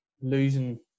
losing